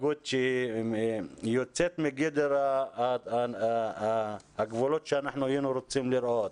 ההתנהגות שיוצאת מגדר הגבולות שאנחנו לא היינו רוצים לראות.